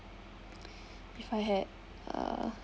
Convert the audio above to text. if I had uh